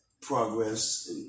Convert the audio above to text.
progress